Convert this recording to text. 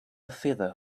feather